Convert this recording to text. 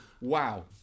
wow